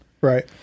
Right